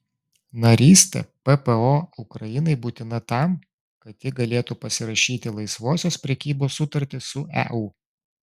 narystė ppo ukrainai būtina tam kad ji galėtų pasirašyti laisvosios prekybos sutartį su eu